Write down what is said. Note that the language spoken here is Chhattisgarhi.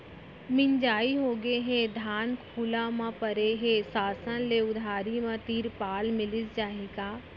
मिंजाई होगे हे, धान खुला म परे हे, शासन ले उधारी म तिरपाल मिलिस जाही का?